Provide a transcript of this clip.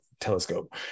Telescope